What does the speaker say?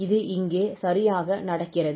இது இங்கே சரியாக நடக்கிறது